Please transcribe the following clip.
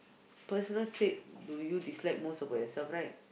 personal trait do you dislike most about yourself right